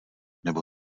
nebo